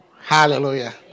Hallelujah